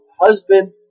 husband